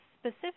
specific